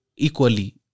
equally